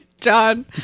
John